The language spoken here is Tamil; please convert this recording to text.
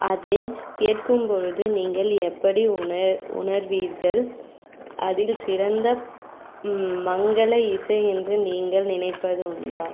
அதை கேட்கும்பொழுது நீங்கள் எப்படி உணர் உணர்வீர்கள் அதில் சிறந்த மங்கள இசை என்று நீங்கள் நினைப்பது உண்டா